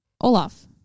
Olaf